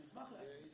אנחנו נשמח להגיב.